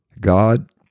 God